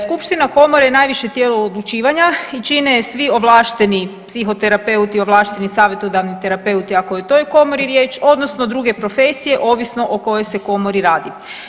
Skupština komore je najviše tijelo odlučivanja i čine je svi ovlašteni psihoterapeuti, ovlašteni savjetodavni terapeuti ako je o toj komori riječ odnosno druge profesije ovisno o kojoj se komori radi.